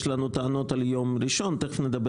יש לנו טענות על יום ראשון ותכף נדבר